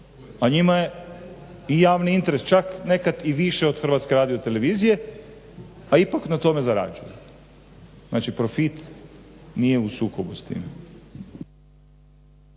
a njima je i javni interes čak nekad i više od HRT-a, a ipak na tome zarađuje. Znači profit nije u sukobu s tim.